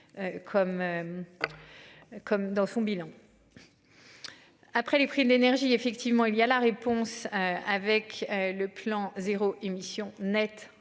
Comme dans son bilan. Après les prix de l'énergie. Effectivement il y a la réponse. Avec le plan zéro émission nette.